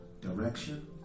direction